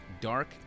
dark